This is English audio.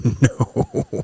no